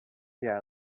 yeah